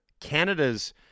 Canada's